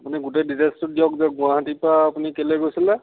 আপুনি গোটেই ডিটেল্ছটো দিয়ক যে গুৱাহাটীৰ পৰা আপুনি কেলৈ গৈছিলে